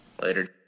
Later